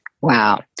Wow